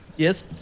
Yes